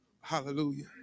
Hallelujah